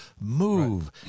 move